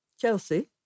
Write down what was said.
Chelsea